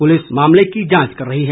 police मामले की जांच कर रही है